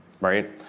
Right